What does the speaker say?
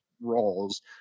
roles